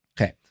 Okay